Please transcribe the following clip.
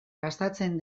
gastatzen